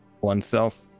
oneself